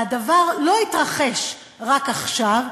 והדבר לא התרחש רק עכשיו,